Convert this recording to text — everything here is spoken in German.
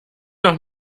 noch